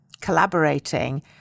collaborating